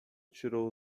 tirou